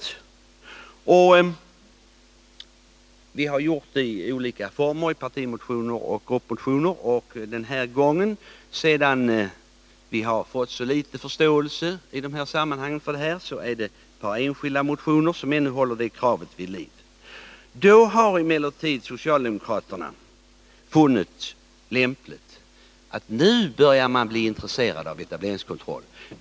Vi har gjort det i olika former, i partimotioner och gruppmotioner. Eftersom vi har fått så litet förståelse, hålls nu detta krav vid liv i ett par enskilda motioner. Nu har emellertid socialdemokraterna funnit det lämpligt att börja intressera sig för etableringskontroll.